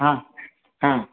હા હા